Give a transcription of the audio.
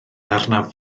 arnaf